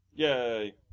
Yay